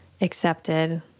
accepted